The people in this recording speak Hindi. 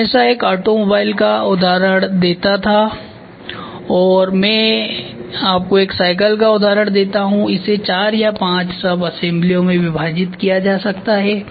मैं हमेशा एक ऑटोमोबाइल का उदाहरण देता था और अब मैं आपको एक साइकिल का उदाहरण देता हूं इसे चार या पांच सबअसेम्बलियों में विभाजित किया जा सकता है